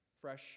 Fresh